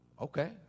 okay